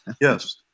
Yes